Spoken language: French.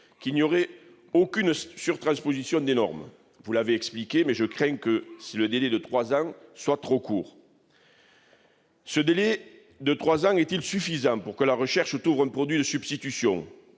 qu'il n'y aurait aucune surtransposition des normes. Vous avez expliqué votre position, mais je crains que le délai de trois ans ne soit trop court. Ce délai de trois ans est-il suffisant pour trouver, grâce à la recherche, un produit de substitution ?